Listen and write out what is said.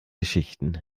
geschichten